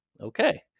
okay